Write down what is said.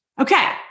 Okay